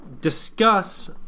discuss